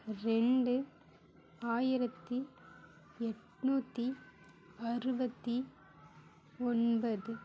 ரெண்டு ஆயிரத்தி எண்ணூத்தி அறுபத்தி ஒன்பது